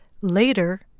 Later